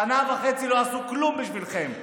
שנה וחצי לא עשו כלום בשבילכם.